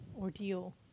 ordeal